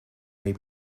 may